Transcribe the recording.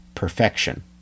perfection